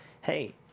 hey